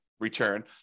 return